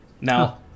Now